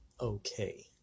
okay